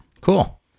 Cool